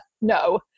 No